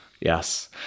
Yes